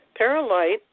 Paralight